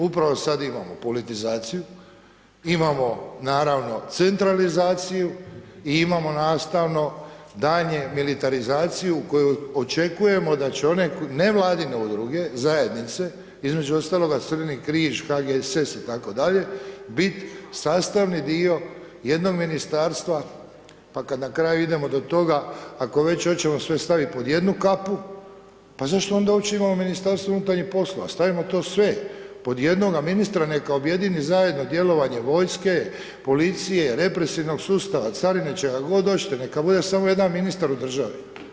Upravo sad imamo politizaciju, imamo naravno centralizaciju i imamo nastavno daljnje militarizaciju u koju očekujemo da će one nevladine udruge zajednice, između ostaloga Crveni križ, HGSS itd. bit sastavni dio jednog ministarstva, pa kad na kraju idemo do toga ako već oćemo sve stavit pod jednu kapu, pa zašto onda uopće imamo MUP, stavimo to sve pod jednoga ministra neka objedini zajedno djelovanje vojske, policije, represivnog sustava, carine čega god hoćete, neka bude samo jedan ministar u državi.